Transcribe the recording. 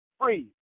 free